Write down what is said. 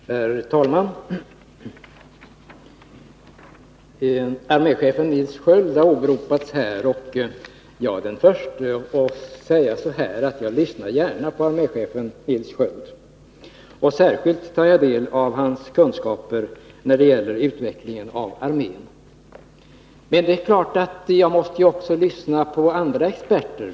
Herr talman! Arméchefen Nils Sköld har åberopats i debatten. Jag är den förste att säga att jag gärna lyssnar på honom. Särskilt tar jag del av hans kunskaper när det gäller utvecklingen av armén. Men jag måste naturligtvis också lyssna på andra experter.